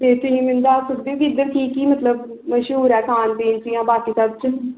ਅਤੇ ਤੁਸੀਂ ਮੈਨੂੰ ਦੱਸ ਸਕਦੇ ਹੋ ਕਿ ਇੱਧਰ ਕੀ ਕੀ ਮਤਲਵ ਮਸ਼ਹੂਰ ਹੈ ਖਾਣ ਪੀਣ ਦੀਆਂ ਬਾਕੀ ਸਭ 'ਚ